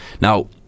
Now